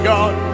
God